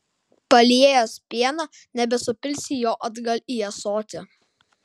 paliejęs pieną nebesupilsi jo atgal į ąsotį